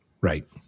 Right